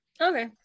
Okay